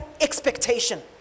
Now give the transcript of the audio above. expectation